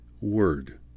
word